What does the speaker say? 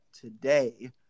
today